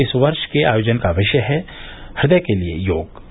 इस वर्ष के आयोजन का विषय है हृदय के लिए योग